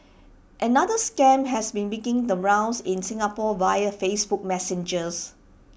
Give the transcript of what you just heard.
another scam has been making the rounds in Singapore via Facebook Messenger